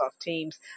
Teams